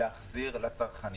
להחזיר לצרכנים.